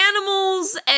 animals